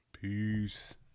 Peace